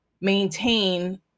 maintain